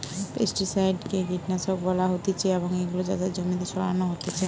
pesticide কে কীটনাশক বলা হতিছে এবং এগুলো চাষের জমিতে ছড়ানো হতিছে